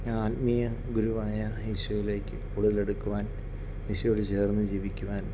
ആത്മീയ ഗുരുവായ യേശുവിലേക്ക് കൂടുതൽ അടുക്കുവാൻ യേശുവോട് ചേർന്നു ജീവിക്കുവാൻ